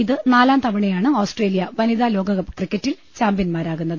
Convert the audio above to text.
ഇത് നാലാം തവണയാണ് ഓസ്ട്രേലിയ വനിതാലോകകപ്പ് ക്രിക്കറ്റിൽ ചാമ്പ്യൻമാരാകുന്നത്